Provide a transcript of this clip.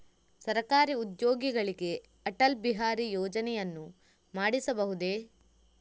ಸರಕಾರಿ ಉದ್ಯೋಗಿಗಳಿಗೆ ಅಟಲ್ ಬಿಹಾರಿ ಯೋಜನೆಯನ್ನು ಮಾಡಿಸಬಹುದೇ?